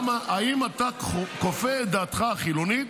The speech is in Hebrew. האם אתה כופה את דעתך החילונית